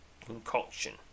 concoction